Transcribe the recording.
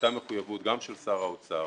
שהייתה מחויבות גם של שר האוצר